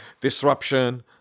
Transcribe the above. disruption